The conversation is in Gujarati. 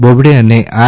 બોબડે અને આર